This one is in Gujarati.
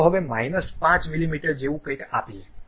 ચાલો હવે માઈનસ 5 મીમી જેવું કંઈક આપીએ